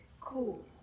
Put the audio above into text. cool